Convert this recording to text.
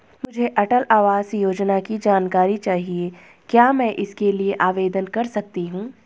मुझे अटल आवास योजना की जानकारी चाहिए क्या मैं इसके लिए आवेदन कर सकती हूँ?